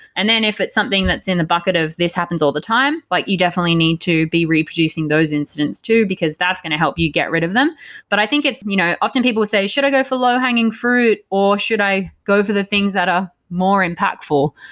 and then if it's something that's in the bucket of this happens all the time, like you definitely need to be reproducing those incidents too, because that's going to help you get rid of them but i think it's you know often, people will say, should i go for low-hanging fruit, or should i go for the things that are more impactful?